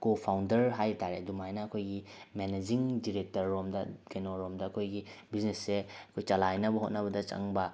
ꯀꯣ ꯐꯥꯎꯟꯗꯔ ꯍꯥꯏꯇꯥꯔꯦ ꯑꯗꯨꯃꯥꯏꯅ ꯑꯩꯈꯣꯏꯒꯤ ꯃꯦꯅꯦꯖꯤꯡ ꯗꯤꯔꯦꯛꯇꯔ ꯔꯣꯝꯗ ꯀꯩꯅꯣ ꯔꯣꯝꯗ ꯑꯩꯈꯣꯏꯒꯤ ꯕꯤꯖꯤꯅꯦꯁꯁꯦ ꯑꯩꯈꯣꯏ ꯆꯂꯥꯏꯅꯕ ꯍꯣꯠꯅꯕꯗ ꯆꯪꯕ